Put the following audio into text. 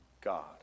God